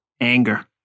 anger